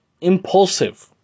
impulsive